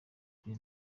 kuri